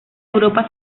europa